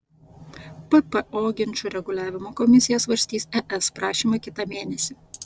ppo ginčų reguliavimo komisija svarstys es prašymą kitą mėnesį